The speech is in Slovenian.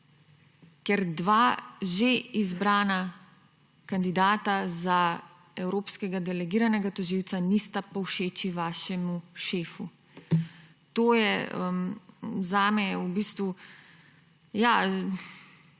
ker dva že izbrana kandidata za evropskega delegiranega tožilca nista povšeči vašemu šefu. To je zame žalostno